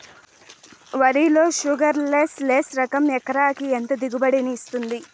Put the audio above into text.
వరి లో sugarless less రకం ఎకరాకి ఎంత దిగుబడినిస్తుంది